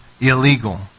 illegal